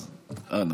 אז אנא.